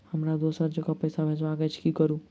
हमरा दोसर जगह पैसा भेजबाक अछि की करू?